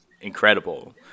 incredible